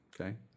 Okay